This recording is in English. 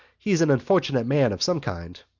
he's an unfortunate man of some kind.